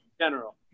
general